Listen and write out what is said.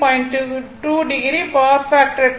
power factor 2